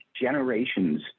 Generations